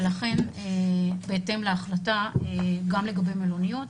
ולכן, בהתאם להחלטה, גם לגבי מלוניות,